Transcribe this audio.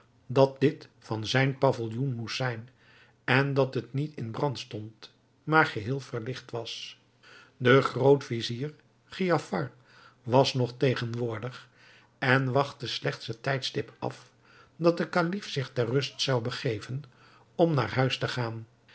dat dit van zijn pavilloen moest zijn en dat het niet in brand stond maar geheel verlicht was de groot-vizier giafar was nog tegenwoordig en wachtte slechts het tijdstip af dat de kalif zich ter rust zou begeven om naar huis te gaan